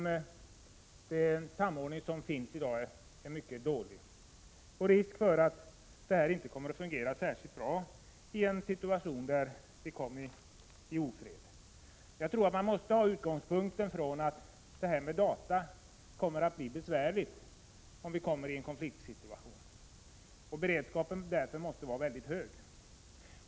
Samordningen är i dag mycket dålig, och det är risk för att den inte kommer att fungera särskilt bra i en ofredssituation. Vi måste ha den utgångspunkten att datafrågorna blir besvärliga att lösa, om vi kommer i en konfliktsituation, och att beredskapen på det området måste vara hög.